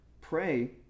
Pray